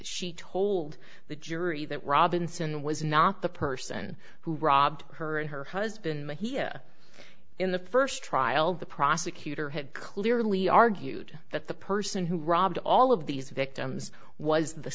she told the jury that robinson was not the person who robbed her and her husband hiya in the first trial the prosecutor had clearly argued that the person who robbed all of these victims was the